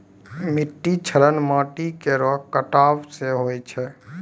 मिट्टी क्षरण माटी केरो कटाव सें होय छै